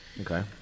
Okay